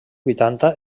vuitanta